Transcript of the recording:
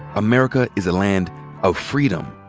america is a land of freedom.